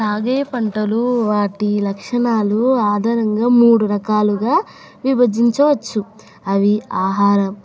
సాగు పంటలు వాటి లక్షణాలు ఆధారంగా మూడు రకాలుగా విభజించవచ్చు అవి ఆహారం